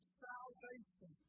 salvation